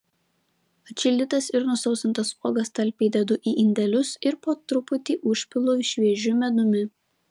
atšildytas ir nusausintas uogas talpiai dedu į indelius ir po truputį užpilu šviežiu medumi